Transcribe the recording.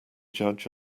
judge